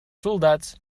soldats